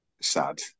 sad